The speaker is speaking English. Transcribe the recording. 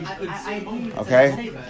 Okay